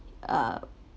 uh